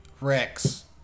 Rex